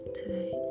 today